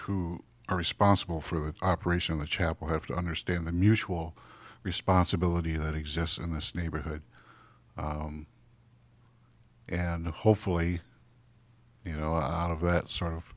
who are responsible for the operation of the chapel have to understand the mutual responsibility that exists in this neighborhood and hopefully you know out of that sort of